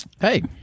Hey